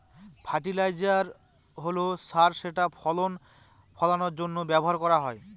fertiliser হল সার যেটা ফসল ফলানের জন্য ব্যবহার করা হয়